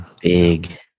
Big